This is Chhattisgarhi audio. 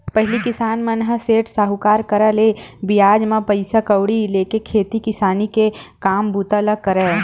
पहिली किसान मन ह सेठ, साहूकार करा ले बियाज म पइसा कउड़ी लेके खेती किसानी के काम बूता ल करय